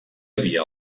havia